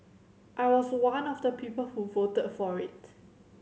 I was one of the people who voted for it